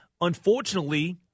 unfortunately